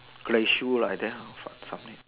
play shoe like that lor something